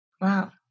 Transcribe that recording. Wow